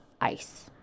ice